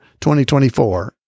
2024